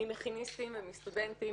ממכיניסטים ומסטודנטים,